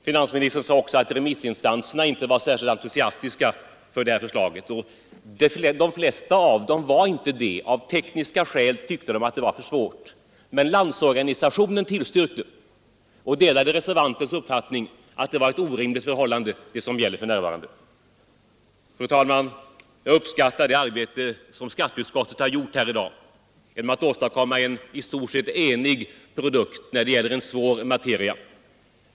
Finansministern sade också att remissinstanserna inte var särskilt entusiastiska för det här förslaget. Nej, de flesta av dem var inte det; av tekniska skäl tyckte de att det var för svårt. Men Landsorganisationen tillstyrkte och delade reservantens uppfattning att det är ett orimligt förhållande som för närvarande råder. Fru talman! Jag uppskattar det arbete som skatteutskottet här har gjort genom att åstadkomma en i stort sett enig produkt när det gällt en svår materia.